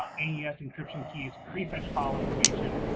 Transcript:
ah yeah aes enscription keys, prefetch file information,